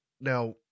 now